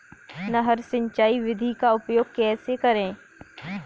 नहर सिंचाई विधि का उपयोग कैसे करें?